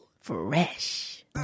fresh